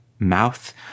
mouth